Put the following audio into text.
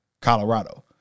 Colorado